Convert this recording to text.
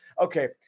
Okay